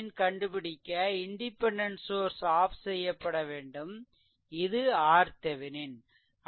RThevenin கண்டுபிடிக்க independent source off செய்யவேண்டும் இது RThevenin